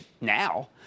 now